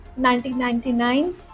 1999